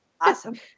Awesome